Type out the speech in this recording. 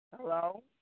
Hello